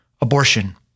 abortion